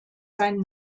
sein